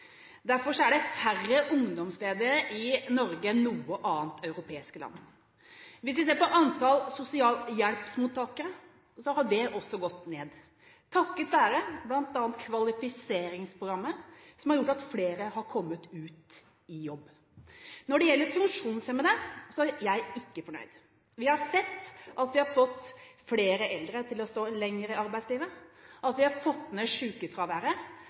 Derfor er det færre ungdomsledige i Norge enn i noe annet europeisk land. Hvis vi ser på antallet sosialhjelpsmottakere, har det også gått ned, takket være bl.a. kvalifiseringsprogrammet, som har gjort at flere har kommet ut i jobb. Når det gjelder funksjonshemmede, er jeg ikke fornøyd. Vi har sett at vi har fått flere eldre til å stå lenger i arbeidslivet, og at vi har fått ned